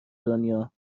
دنیا